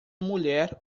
mulher